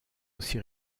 aussi